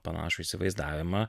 panašų įsivaizdavimą